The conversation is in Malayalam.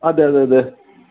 അതെ അതെ അതെ